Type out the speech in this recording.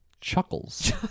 Chuckles